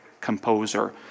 composer